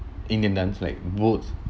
indian dance like vote